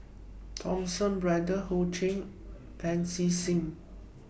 Thomas Braddell Ho Ching Pancy Seng